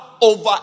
over